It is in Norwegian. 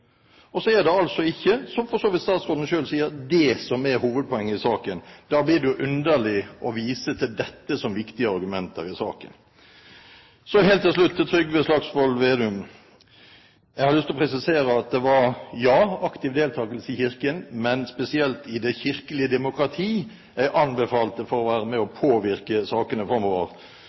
Så er det altså ikke, som for så vidt statsråden selv sier, det som er hovedpoenget i saken. Da blir det jo underlig å vise til dette som viktige argumenter i saken. Så helt til slutt til Trygve Slagsvold Vedum. Jeg har lyst til å presisere: Ja, det var aktiv deltakelse i Kirken, men spesielt når det gjelder kirkelig demokrati, anbefaler man å være med og påvirke sakene framover.